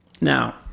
Now